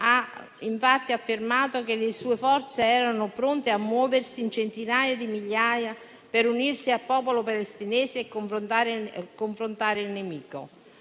ha infatti affermato che le sue forze erano pronte a muoversi in centinaia di migliaia per unirsi al popolo palestinese e confrontare il nemico.